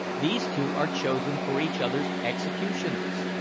these two are chosen for each other's executioners.